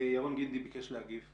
ירון גינדי ביקש להגיב,